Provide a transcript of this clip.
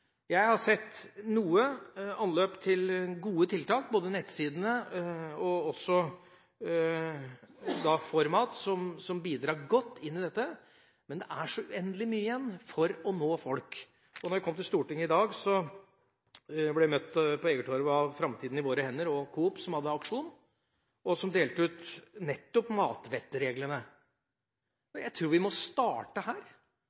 Jeg har sett noen tilløp til gode tiltak, både nettsidene og også ForMat, som bidrar godt inn i dette, men det er så uendelig mye igjen for å nå folk. Da jeg kom til Stortinget i dag, ble jeg møtt på Egertorget av Framtiden i våre hender og Coop som hadde aksjon, og som delte ut nettopp matvettreglene. Jeg tror vi må starte her